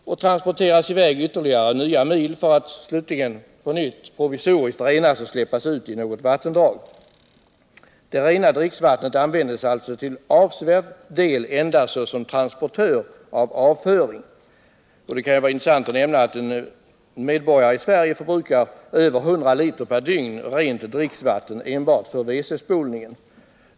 Sedan transporteras detta nedsmutsade vatten flera mil för att slutligen på nytt provisoriskt renas och släppas ut i något vattendrag. Det rena dricksvattnet används ailtså till avsevärd del endast som transportör av avföring. Det kan vara intressant att veta att en medborgare i Sverige förbrukar över 1001 rent dricksvatten per dygn enbart för WC spolningen.